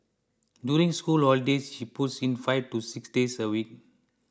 during school holidays she puts in five to six days a week